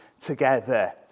together